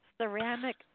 ceramic